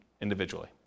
individually